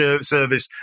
service